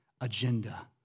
agenda